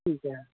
ٹھیک ہے